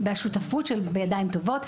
בשותפות של "בידיים טובות",